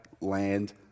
land